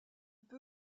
peu